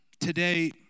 today